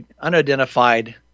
unidentified